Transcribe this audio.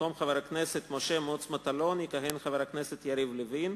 במקום חבר הכנסת משה מטלון יכהן חבר הכנסת יריב לוין,